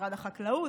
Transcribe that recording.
משרד החקלאות.